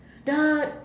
the